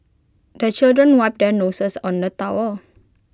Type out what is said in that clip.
the children wipe their noses on the towel